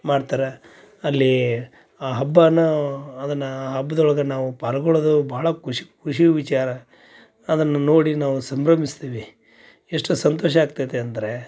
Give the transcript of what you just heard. ಮಾಡ್ತಾರೆ ಅಲ್ಲಿ ಆ ಹಬ್ಬನ ಅದನ್ನು ಹಬ್ದೊಳ್ಗೆ ನಾವು ಪಾಲುಗೊಳ್ಳೋದು ಭಾಳ ಖುಷಿ ಖುಷಿಯ ವಿಚಾರ ಅದನ್ನು ನೋಡಿ ನಾವು ಸಂಭ್ರಮಿಸ್ತೀವಿ ಎಷ್ಟು ಸಂತೋಷ ಆಗ್ತೈತೆ ಅಂದರೆ